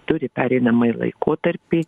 turi pereinamąjį laikotarpį